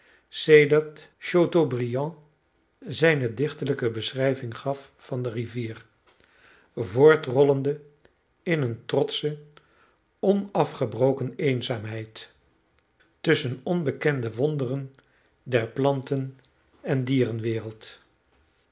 chateaubriand zijne dichterlijke beschrijving gaf van de rivier voortrollende in een trotsche onafgebroken eenzaamheid tusschen onbekende wonderen der plantenen dierenwereld